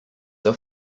der